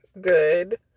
good